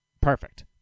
perfect